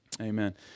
Amen